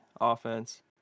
offense